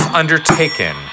undertaken